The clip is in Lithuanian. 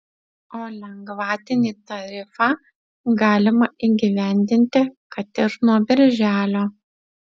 o lengvatinį tarifą galima įgyvendinti kad ir nuo birželio